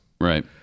Right